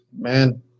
man